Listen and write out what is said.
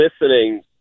listening